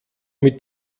mit